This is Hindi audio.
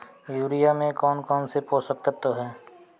यूरिया में कौन कौन से पोषक तत्व है?